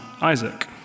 Isaac